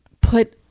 put